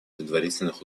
предварительных